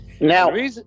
now